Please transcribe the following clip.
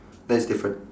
that is different